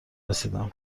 رسیدم